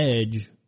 edge